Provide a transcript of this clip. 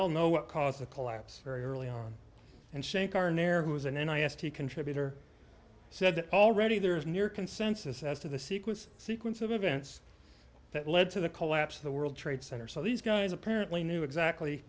all know what caused the collapse very early on and shake our nair who was and then i asked he contributor said that already there is near consensus as to the sequence sequence of events that led to the collapse of the world trade center so these guys apparently knew exactly